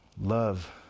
Love